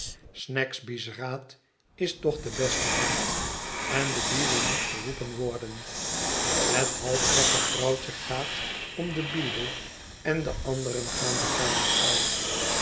snagsby's raad is toch de beste raad en do beadle moet geroepen worden het halfgekke vrouwtje gaat om den beadle en de anderen gaan de kamer uit